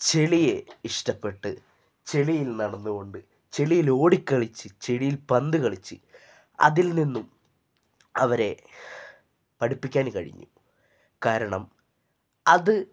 ചെളിയെ ഇഷ്ടപ്പെട്ട് ചെളിയിൽ നടന്നു കൊണ്ട് ചെളിയിൽ ഓടിക്കളിച്ച് ചെളിയിൽ പന്ത് കളിച്ച് അതിൽ നിന്നും അവരെ പഠിപ്പിക്കാൻ കഴിഞ്ഞു കാരണം അത്